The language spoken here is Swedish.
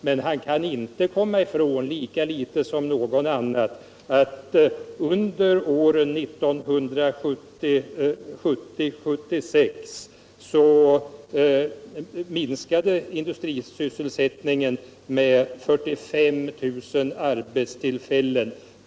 Men han kan inte komma ifrån, lika litet som någon annan, att industrisysselsättningen under åren 1970-1976 ökade med 45 000 arbetstillfällen.